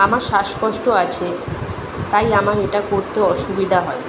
আমার শ্বাসকষ্ট আছে তাই আমার এটা করতে অসুবিধা হয়